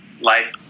life